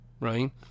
right